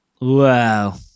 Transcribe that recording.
Wow